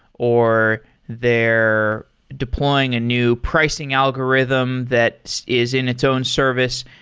or they're deploying a new pricing algorithm that is in its own service.